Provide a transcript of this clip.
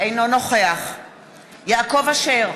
אינו נוכח יעקב אשר,